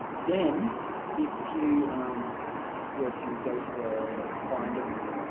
then if you um were to go to the the finder window